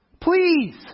please